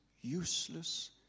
useless